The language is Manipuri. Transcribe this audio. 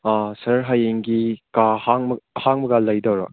ꯁꯥꯔ ꯍꯌꯦꯡꯒꯤ ꯀꯥ ꯑꯍꯥꯡꯕꯒ ꯂꯩꯗꯣꯏꯔꯣ